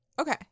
Okay